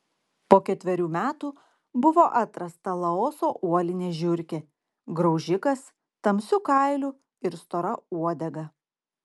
po ketverių metų buvo atrasta laoso uolinė žiurkė graužikas tamsiu kailiu ir stora uodega